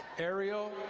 ariel